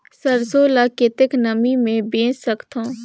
सरसो ल कतेक नमी मे बेच सकथव?